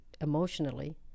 emotionally